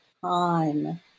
time